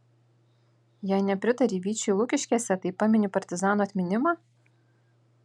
jei nepritari vyčiui lukiškėse tai pamini partizanų atminimą